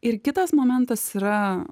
ir kitas momentas yra